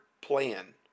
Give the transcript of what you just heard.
plan